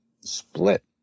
split